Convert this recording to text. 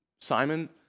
Simon